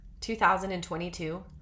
2022